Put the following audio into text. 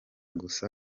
gusa